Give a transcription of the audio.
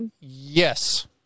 yes